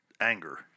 anger